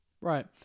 Right